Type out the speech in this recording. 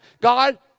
God